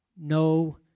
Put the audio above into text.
no